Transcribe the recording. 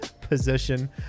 position